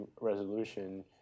resolution